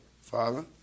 Father